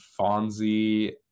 Fonzie